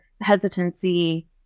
hesitancy